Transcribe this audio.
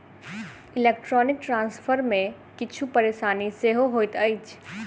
electronic transfer मे किछु परेशानी सेहो होइत अछि